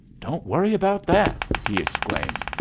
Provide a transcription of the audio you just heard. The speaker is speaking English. don't worry about that, he exclaimed.